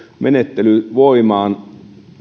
menettely voimaan